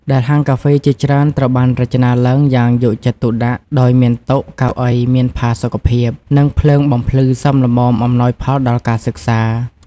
ដែលហាងកាហ្វេជាច្រើនត្រូវបានរចនាឡើងយ៉ាងយកចិត្តទុកដាក់ ដោយមានតុ កៅអីមានផាសុកភាព និងភ្លើងបំភ្លឺសមល្មមអំណោយផលដល់ការសិក្សា។